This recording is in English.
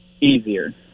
Easier